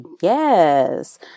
yes